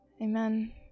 Amen